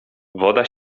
woda